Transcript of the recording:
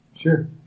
Sure